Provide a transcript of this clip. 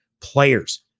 players